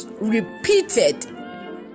repeated